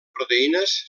proteïnes